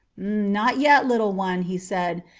not yet, little one, he said.